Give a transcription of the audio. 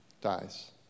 dies